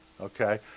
Okay